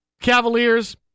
Cavaliers